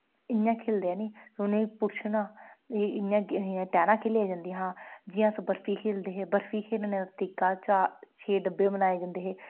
इ'यां खेढदे है निं उनें ई पुच्छना ए इ'यां टैह्ना खेढियां जंदियां हियां जि'यां अस बर्फी खेढदे हे बर्फी खेढने दा तरीका चार छे डब्बे बनाए जंदे हे